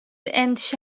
endişe